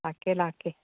ꯂꯥꯛꯀꯦ ꯂꯥꯛꯀꯦ